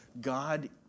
God